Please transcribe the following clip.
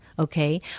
Okay